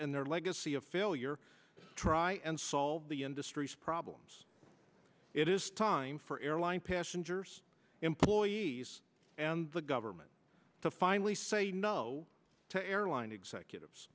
and their legacy of failure try and solve the industry's problems it is time for airline passengers employees and the government to finally say no to airline executives